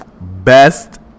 Best